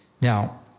Now